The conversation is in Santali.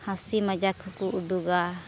ᱦᱟᱹᱥᱤ ᱢᱟᱡᱟᱠ ᱦᱚᱸᱠᱚ ᱩᱫᱩᱜᱟ